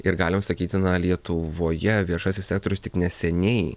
ir galima sakyti na lietuvoje viešasis sektorius tik neseniai